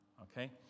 Okay